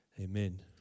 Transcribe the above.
amen